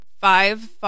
Five